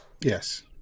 Yes